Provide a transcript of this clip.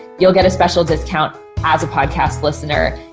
you'll get a special discount as a podcast listener,